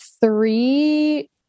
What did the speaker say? three